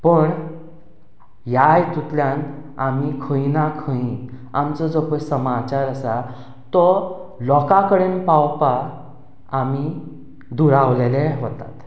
पूण ह्या हातूंतल्यान आमी खंय ना खंय आमचो जो पळय समाचार आसा तो लोकां कडेन पावपाक आमी दुरावलेले वतात